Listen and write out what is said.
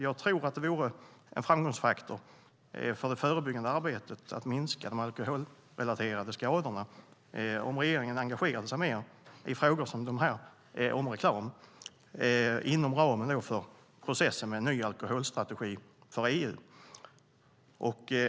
Jag tror att det vore en framgångsfaktor för det förebyggande arbetet med att minska de alkoholrelaterade skadorna om regeringen engagerade sig mer i frågor om reklam inom ramen för processen med en ny alkoholstrategi för EU.